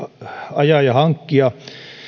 ajaa ja hankkia